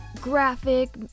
graphic